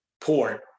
port